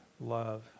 love